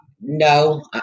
no